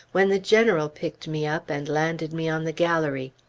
when the general picked me up and landed me on the gallery.